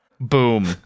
Boom